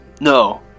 No